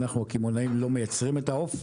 אנחנו הקמעונאים לא מייצרים את העוף,